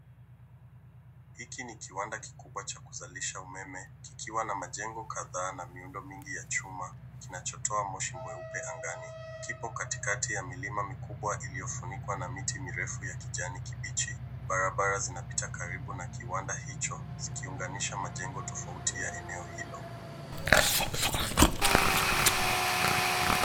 Hiki ni kiwanda kikubwa cha kuzalisha umeme, kikiwa na majengo kadhaa na miundo mingi ya chuma kinachotoa moshi mweupe angani. Kipo katikati ya milima mikubwa iliyofunikwa na mti mirefu ya kijani kibichi. Barabara zinapita karibu na kiwanda hicho zikiunganisha majengo tofauti ya eneo hilo.